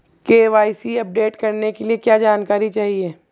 KYC update करने के लिए क्या जानकारी चाहिए?